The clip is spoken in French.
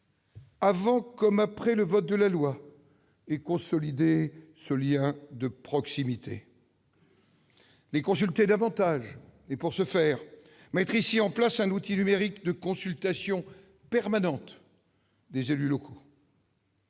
avant comme après le vote de la loi et consolider ce lien de proximité, les consulter davantage et, pour ce faire, mettre en place ici un outil numérique de consultation permanente des élus locaux.